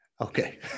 Okay